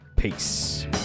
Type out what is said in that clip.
Peace